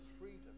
freedom